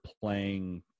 playing